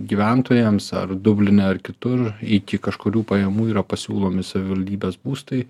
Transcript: gyventojams ar dubline ar kitur iki kažkurių pajamų yra pasiūlomi savivaldybės būstai